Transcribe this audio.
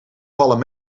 vallen